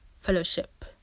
fellowship